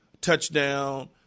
touchdown